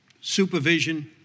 supervision